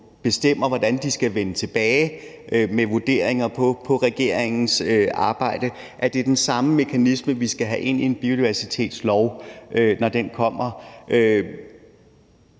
bestemmer, hvordan de skal vende tilbage med vurderinger af regeringens arbejde – er den samme mekanisme, vi skal have ind i en biodiversitetslov, når den kommer.